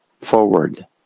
forward